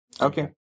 Okay